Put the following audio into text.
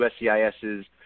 USCIS's